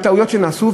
בטעויות שנעשו,